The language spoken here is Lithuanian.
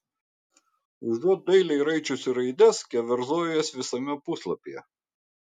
užuot dailiai raičiusi raides keverzoju jas visame puslapyje